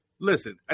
Listen